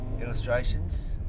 illustrations